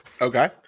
Okay